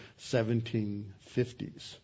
1750s